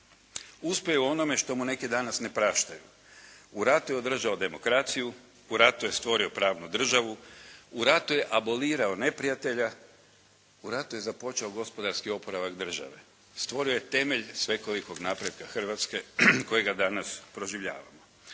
Uspio je u onome što mu neki danas ne praštaju. U ratu je održao demokraciju, u ratu je stvorio pravnu državu, u ratu je abolirao neprijatelja, u ratu je započeo gospodarski oporavak države, stvorio je temelj svekolikog napretka Hrvatske kojega danas proživljavamo.